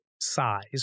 size